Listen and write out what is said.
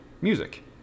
music